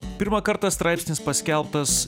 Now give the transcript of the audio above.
pirmą kartą straipsnis paskelbtas